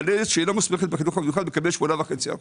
גננת שהיא לא מוסמכת בחינוך המיוחד תקבל 8.5 אחוזים.